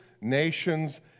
nations